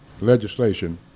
legislation